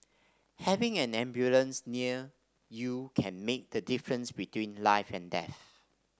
having an ambulance near you can make the difference between life and death